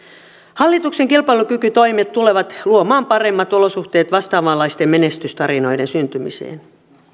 hallituksen kilpailukykytoimet tulevat luomaan paremmat olosuhteet vastaavanlaisten menestystarinoiden syntymiseen